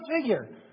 figure